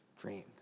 dreamed